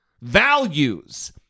Values